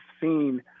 seen